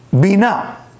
Bina